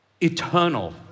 eternal